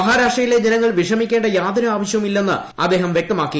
മഹാരാഷ്ട്രയിലെ ജനങ്ങൾ വിഷമിക്കേണ്ട യാതൊരു ആവശ്യവും ഇല്ലെന്ന് അദ്ദേഹം വ്യക്തമാക്കി